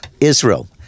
Israel